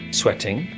sweating